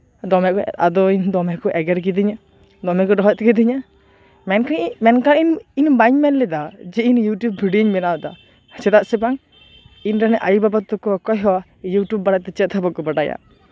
ᱫᱚᱢᱮ ᱟᱫᱚ ᱫᱚᱢᱮ ᱠᱚ ᱮᱜᱮᱨ ᱠᱤᱫᱤᱧᱟ ᱫᱚᱢᱮ ᱠᱚ ᱨᱚᱦᱮᱫ ᱠᱤᱫᱤᱧᱟ ᱢᱮᱱᱠᱷᱟᱱ ᱢᱮᱱᱠᱷᱟᱱ ᱤᱧ ᱵᱟᱹᱧ ᱢᱮᱱ ᱞᱮᱫᱟ ᱡᱮ ᱤᱧ ᱤᱭᱩᱴᱩᱵᱽ ᱵᱷᱤᱰᱭᱳᱧ ᱵᱮᱱᱟᱣᱮᱫᱟ ᱪᱮᱫᱟᱜ ᱥᱮ ᱵᱟᱝ ᱤᱧ ᱨᱮᱱ ᱟᱭᱩ ᱵᱟᱵᱟ ᱫᱚᱠᱚ ᱚᱠᱚᱭᱦᱚᱸ ᱤᱭᱩᱴᱩᱵᱽ ᱵᱟᱨᱮᱛᱮ ᱪᱮᱫ ᱦᱚᱸ ᱵᱟᱠᱚ ᱵᱟᱰᱟᱭᱟ